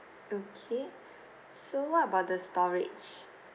okay so what about the storage